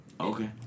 Okay